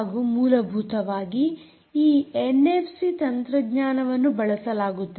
ಹಾಗೂ ಮೂಲಭೂತವಾಗಿ ಈ ಎನ್ಎಫ್ಸಿ ತಂತ್ರಜ್ಞಾನವನ್ನು ಬಳಸಲಾಗುತ್ತದೆ